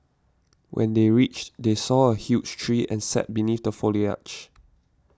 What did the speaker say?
when they reached they saw a huge tree and sat beneath the foliage